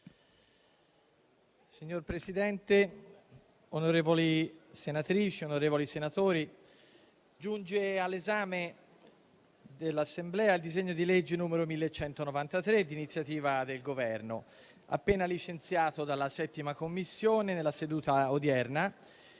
Signor Presidente, onorevoli senatrici e senatori, giunge all'esame dell'Assemblea il disegno di legge n. 1.193, d'iniziativa del Governo, appena licenziato dalla 7a Commissione nella seduta odierna,